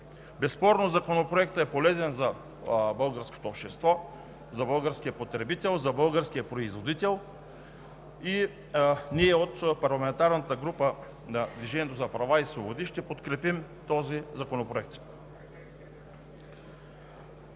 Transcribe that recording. Безспорно Законопроектът е полезен за българското общество, за българския потребител, за българския производител и ние от парламентарната група на „Движението за права и свободи“ ще подкрепим този законопроект.